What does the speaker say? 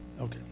Okay